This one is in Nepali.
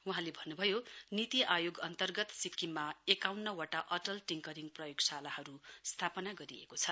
वहाँले भन्नुभयो नीति आयोग अन्तर्गत सिक्किममा एकाउन्नवटा अटल टिकरिङ प्रयोगशालाहरू स्थापना गरिएको छ